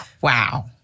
Wow